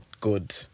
good